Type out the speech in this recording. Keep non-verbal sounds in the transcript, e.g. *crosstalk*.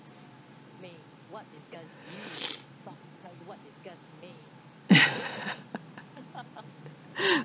*laughs*